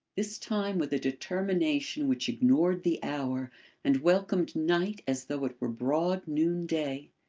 this time with a determination which ignored the hour and welcomed night as though it were broad noon day.